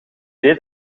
deed